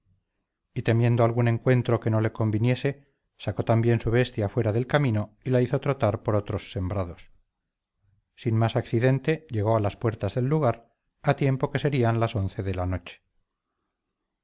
y temiendo algún encuentro que no le conviniese sacó también su bestia fuera del camino y la hizo trotar por otros sembrados sin más accidente llegó a las puertas del lugar a tiempo que serían las once de la noche